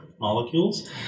molecules